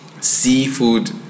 seafood